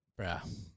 Bruh